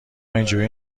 اینجوری